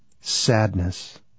sadness